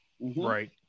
right